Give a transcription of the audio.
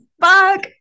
Fuck